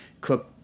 cook